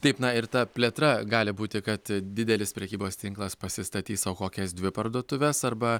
taip na ir ta plėtra gali būti kad didelis prekybos tinklas pasistatys sau kokias dvi parduotuves arba